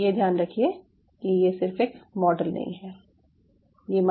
लेकिन ये ध्यान रखिये कि ये सिर्फ एक मॉडल नहीं है